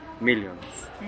millions